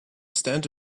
stand